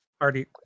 already